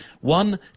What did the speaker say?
One